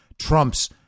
Trump's